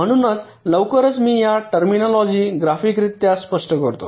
म्हणून लवकरच मी या टर्मिनॉलॉजी ग्राफिकरित्या स्पष्ट करतो